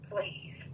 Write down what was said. please